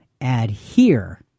adhere